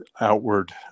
outward